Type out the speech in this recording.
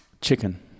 Chicken